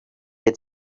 had